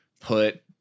Put